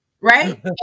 right